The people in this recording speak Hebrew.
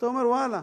ואומר: ואללה,